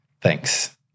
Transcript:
thanks